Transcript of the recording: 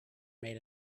made